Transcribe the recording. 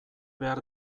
behar